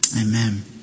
Amen